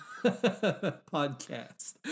podcast